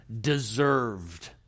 deserved